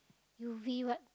U_V what